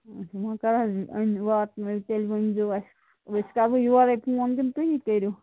اچھا وۅنۍ کر أنِو واتنٲویو تیٚلہِ ؤنۍ زیٚو اَسہِ أسۍ کروٕ یورَے فون کِنہٕ تُہی کٔرِو